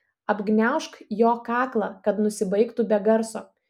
apgniaužk jo kaklą kad nusibaigtų be garso